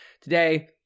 Today